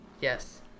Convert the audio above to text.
Yes